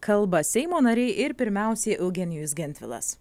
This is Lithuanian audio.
kalba seimo nariai ir pirmiausiai eugenijus gentvilas